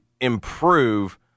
improve